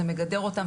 זה מגדר אותם,